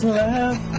laugh